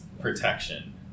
protection